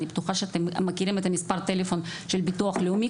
אני בטוחה שאתם מכירים את מס' הטלפון של ביטוח לאומי,